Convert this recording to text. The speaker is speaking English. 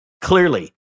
Clearly